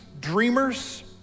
Dreamers